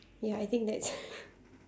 ya I think that's